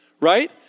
Right